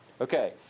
Okay